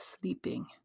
sleeping